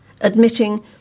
admitting